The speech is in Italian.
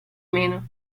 meno